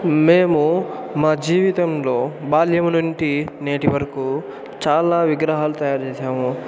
మేము మా జీవితంలో బాల్యం నుంటి నేటి వరుకు చాలా విగ్రహాలు తయారుచేశాము